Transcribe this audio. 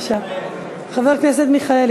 חבר הכנסת מיכאלי.